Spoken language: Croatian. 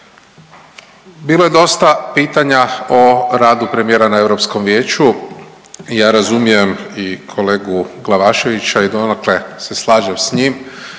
Bilo je dosta pitanja o radu premijera na Europskom Vijeću i ja razumijem i kolegu Glavaševića i donekle se slažem s njim